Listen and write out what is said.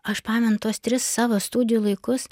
aš pamenu tuos tris savo studijų laikus